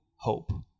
hope